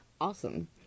awesome